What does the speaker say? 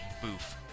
Boof